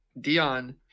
Dion